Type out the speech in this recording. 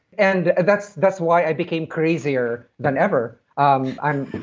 and that's that's why i became crazier than ever um and